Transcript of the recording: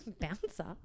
Bouncer